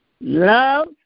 Love